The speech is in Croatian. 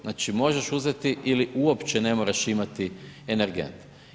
Znači možeš uzeti ili uopće ne moraš imati energent.